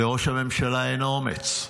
לראש הממשלה אין אומץ,